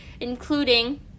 including